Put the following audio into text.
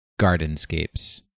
Gardenscapes